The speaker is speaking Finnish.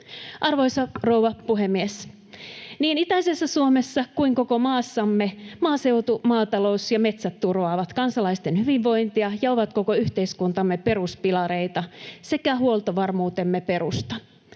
Arvoisa rouva puhemies! Niin itäisessä Suomessa kuin koko maassamme maaseutu, maatalous ja metsät turvaavat kansalaisten hyvinvointia ja ovat koko yhteiskuntamme peruspilareita sekä huoltovarmuutemme perusta.